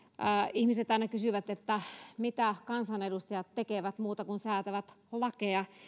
ihmiset aina kysyvät mitä kansanedustajat tekevät muuta kuin säätävät lakeja